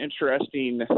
interesting